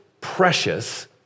precious